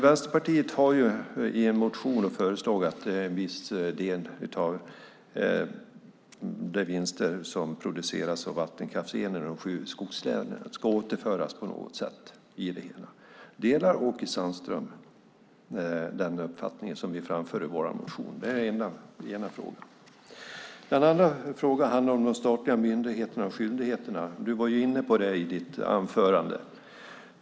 Vänsterpartiet har i en motion föreslagit att en viss del av de vinster som genereras av vattenkraftsel i de sju skogslänen ska återföras på något sätt i det hela. Delar Åke Sandström den uppfattning som vi framför i vår motion? Den andra frågan handlar om de statliga myndigheterna och skyldigheterna. Du var inne på dem i ditt anförande.